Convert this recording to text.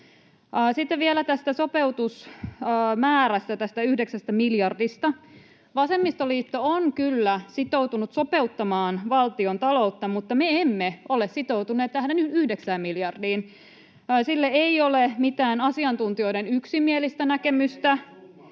Sitten vielä tästä sopeutusmäärästä, tästä yhdeksästä miljardista: Vasemmistoliitto on kyllä sitoutunut sopeuttamaan valtiontaloutta, mutta me emme ole sitoutuneet tähän yhdeksään miljardiin. Sille ei ole mitään asiantuntijoiden yksimielistä näkemystä,